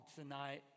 tonight